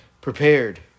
prepared